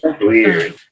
weird